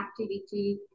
activity